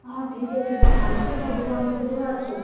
ହଁ ଠିକ୍ଅଛି ଆମର ତ ସବୁ ପନିପରିବା ଅଛି